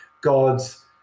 God's